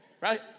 right